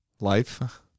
life